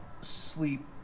sleep